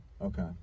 Okay